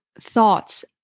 thoughts